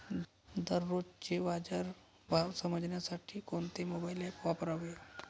दररोजचे बाजार भाव समजण्यासाठी कोणते मोबाईल ॲप वापरावे?